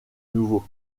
nouveau